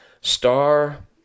star